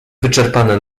wyczerpana